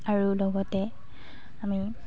আৰু লগতে আমি